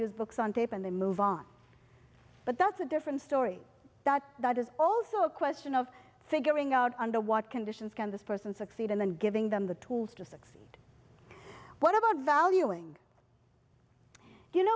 use books on tape and they move on but that's a different story that that is also a question of figuring out under what conditions can this person succeed in and giving them the tools to succeed what about valuing you